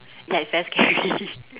yes it's very scary